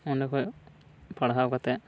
ᱚᱸᱰᱮ ᱠᱷᱚᱱ ᱯᱟᱲᱦᱟᱣ ᱠᱟᱛᱮᱫ